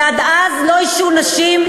ועד אז לא ישהו נשים,